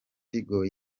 tigo